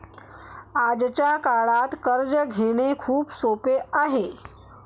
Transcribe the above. आजच्या काळात कर्ज घेणे खूप सोपे आहे